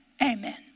amen